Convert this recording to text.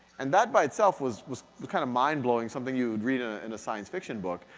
and that by itself was was kind of mind blowing, something you would read ah in a science fiction book.